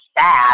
sad